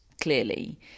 clearly